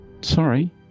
Sorry